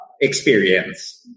experience